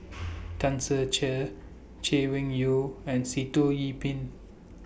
Tan Ser Cher Chay Weng Yew and Sitoh Yih Pin